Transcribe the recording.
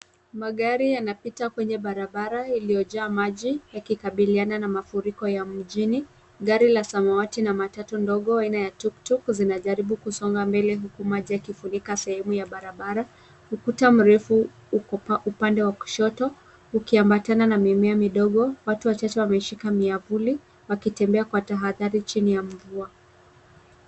Magari yanapita kwenye barabara iliyojaa maji, yakikabiliana na mafuriko ya mjini. Gari la samawati na matatu ndogo aina ya tuktuk zinajaribu kusonga mbele huku maji yakifunika sehemu ya barabara. Ukuta mrefu uko upande wa kushoto ukiambatana na mimea midogo. Watu wachache wameshika miavuli wakitembea kwa tahadhari chini ya mvua.